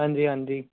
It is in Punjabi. ਹਾਂਜੀ ਹਾਂਜੀ